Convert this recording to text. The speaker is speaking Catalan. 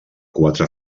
quatre